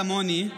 כמוני,